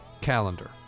calendar